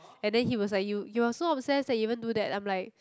and then he was like you you are so obsess that you even do that I'm like